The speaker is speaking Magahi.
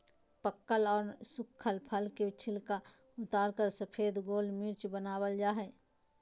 पकल आर सुखल फल के छिलका उतारकर सफेद गोल मिर्च वनावल जा हई